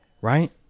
Right